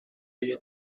you